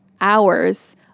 hours